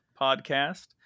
podcast